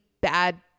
bad